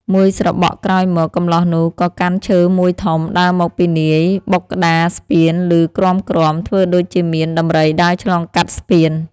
មួយស្របក់ក្រោយមក កម្លោះនោះក៏កាន់ឈើមួយធំ ដើរមកពីនាយបុកក្តារស្ពានឮគ្រាំៗ ធ្វើដូចជាមានដំរីដើរឆ្លងកាត់ស្ពាន។